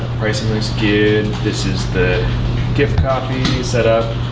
pricing looks good. this is the gift copy set up.